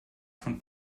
von